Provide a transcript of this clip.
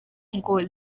ngo